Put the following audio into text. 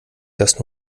das